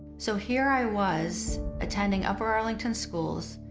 so here i was attending upper arlington schools,